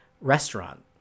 restaurant